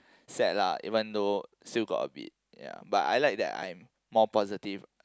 sad lah even though still got a bit ya but I like that I'm more positive